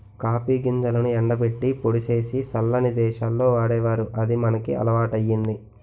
copy గింజలను ఎండబెట్టి పొడి సేసి సల్లని దేశాల్లో వాడేవారు అది మనకి అలవాటయ్యింది